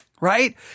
Right